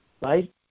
right